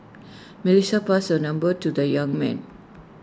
Melissa passed her number to the young man